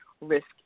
risk